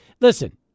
listen